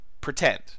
pretend